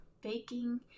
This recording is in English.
baking